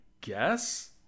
guess